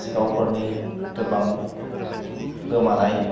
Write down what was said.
सिखावफोरनि गोबां गोमानाय